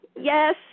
yes